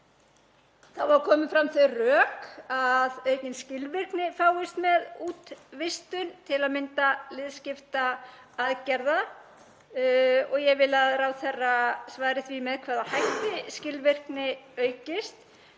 Þá hafa komið fram þau rök að aukin skilvirkni fáist með útvistun, til að mynda liðskiptaaðgerða. Ég vil að ráðherra svari því með hvaða hætti skilvirkni aukist,